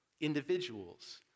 individuals